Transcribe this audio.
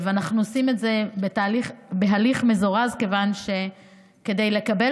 אנחנו עושים את זה בהליך מזורז כיוון שכדי לקבל